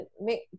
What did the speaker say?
make